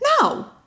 No